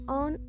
on